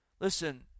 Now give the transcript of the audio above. listen